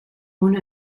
one